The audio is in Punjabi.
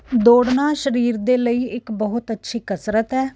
ਦੌੜਨਾ ਸਰੀਰ ਦੇ ਲਈ ਇੱਕ ਬਹੁਤ ਅੱਛੀ ਕਸਰਤ ਹੈ